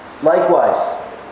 Likewise